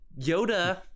Yoda